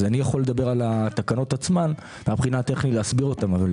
אני יכול לדבר על התקנות עצמן ולהסביר אותן מהבחינה הטכנית,